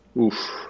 Oof